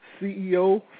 CEO